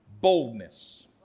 Boldness